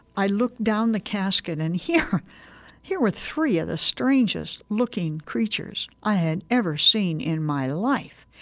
i looked down the casket, and here here were three of the strangest-looking creatures i had ever seen in my life.